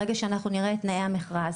ברגע שאנחנו נראה את תנאי המכרז,